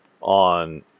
on